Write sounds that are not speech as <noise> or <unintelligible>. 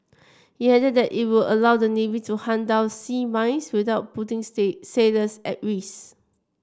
he added that it will allow the navy to hunt down sea mines without putting <unintelligible> sailors at risk